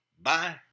Bye